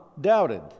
doubted